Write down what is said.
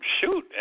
shoot